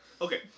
Okay